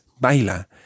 baila